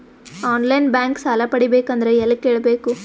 On line bank ಸಾಲ ಪಡಿಬೇಕಂದರ ಎಲ್ಲ ಕೇಳಬೇಕು?